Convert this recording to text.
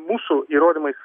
mūsų įrodymais